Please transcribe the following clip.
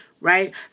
Right